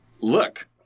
Look